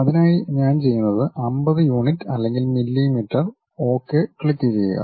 അതിനായി ഞാൻ ചെയ്യുന്നത് 50 യൂണിറ്റ് അല്ലെങ്കിൽ മില്ലിമീറ്റർ ഒകെ ക്ലിക്കുചെയ്യുക